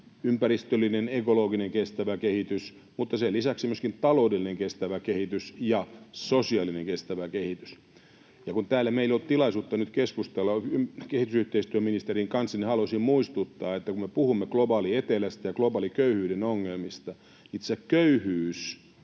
ympäristöllinen, ekologinen kestävä kehitys, mutta sen lisäksi myöskin taloudellinen kestävä kehitys ja sosiaalinen kestävä kehitys. Kun täällä meillä ei ole ollut tilaisuutta nyt keskustella kehitysyhteistyöministerin kanssa, niin haluaisin muistuttaa, että kun me puhumme globaalista etelästä ja globaalin köyhyyden ongelmista, itse köyhyys